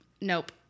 Nope